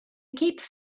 keeps